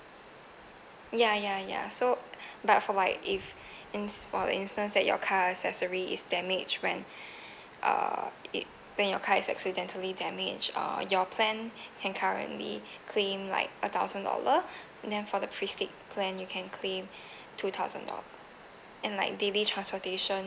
ya ya ya so but for like if tn~ for instance that your car accessory is damage when uh it when your car is accidentally damaged uh your plan can currently claim like a thousand dollar and then for the prestige plan you can claim two thousand dollar and like daily transportation